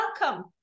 Welcome